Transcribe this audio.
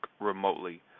remotely